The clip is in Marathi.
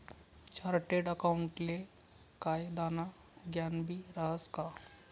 चार्टर्ड अकाऊंटले कायदानं ज्ञानबी रहास का